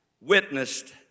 witnessed